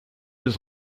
his